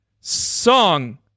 Song